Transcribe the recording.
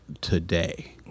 today